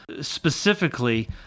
specifically